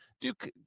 Duke